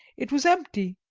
it was empty,